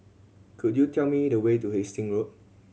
could you tell me the way to Hasting Road